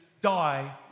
die